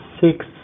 six